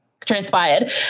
transpired